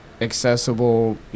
accessible